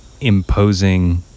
imposing